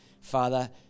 Father